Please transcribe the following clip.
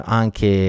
anche